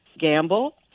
Gamble